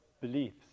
beliefs